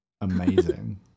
Amazing